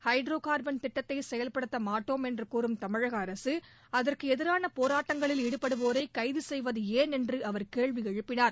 hydro carbon திட்டத்தை செயல்படுத்த மாட்டோம் என்று கூறும் தமிழக அரசு அதற்கு எதிரான போராட்டங்களில் ஈடுபடுவோரை கைது செய்வது ஏன் என்று அவர் கேள்வி எழுப்பினார்